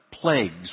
plagues